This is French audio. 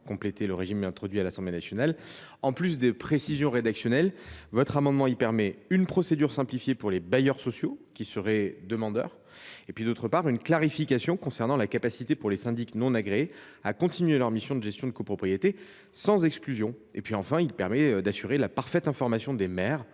compléter le régime introduit à l’Assemblée nationale. En plus d’apporter des précisions rédactionnelles, elle offrirait, d’une part, une procédure simplifiée pour les bailleurs sociaux qui seraient demandeurs, et, d’autre part, une clarification concernant la capacité pour les syndics non agréés à continuer leur mission de gestion de copropriété sans exclusion. Enfin, elle permettrait d’assurer la parfaite information des maires,